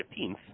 15th